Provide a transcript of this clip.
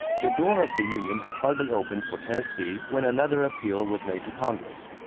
the door of the union had hardly opened for tennessee when another appeal was made to congress,